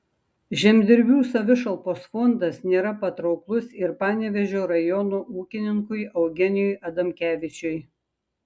žemdirbių savišalpos fondas nėra patrauklus ir panevėžio rajono ūkininkui eugenijui adamkevičiui